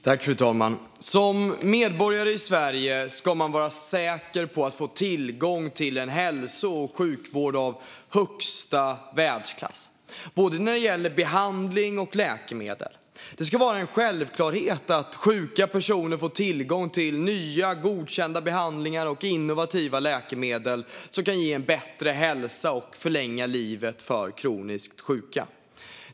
Fru talman! Som medborgare i Sverige ska man vara säker på att få tillgång till en hälso och sjukvård av högsta världsklass både när det gäller behandling och läkemedel. Det ska vara en självklarhet att sjuka personer får tillgång till nya godkända behandlingar och innovativa läkemedel som kan ge en bättre hälsa och förlänga livet för kroniskt sjuka.